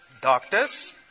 doctors